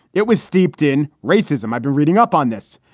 it was steeped in racism. i've been reading up on this.